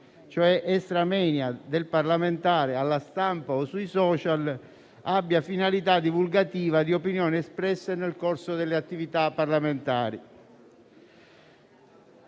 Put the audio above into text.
cioè *extramoenia* - del parlamentare alla stampa o sui *social* abbia finalità divulgativa di opinioni espresse nel corso delle attività parlamentari.